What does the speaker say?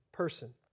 person